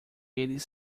eles